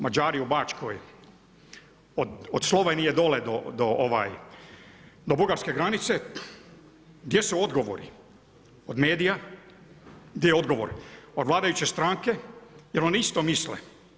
Mađari u Bačkoj, od Sloveniji do Bugarske granice, gdje su odgovori, od medija, gdje je odgovor od vladajuće stranke, jer oni isto misle.